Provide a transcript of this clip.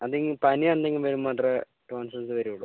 അതിങ്ങനെ പനി എന്തെങ്കിലും വരുമ്പോൾ മാത്രമേ ടോൺസിൽസ് വരികയുള്ളു